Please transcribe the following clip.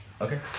Okay